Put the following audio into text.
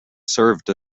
served